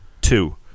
two